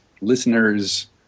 listeners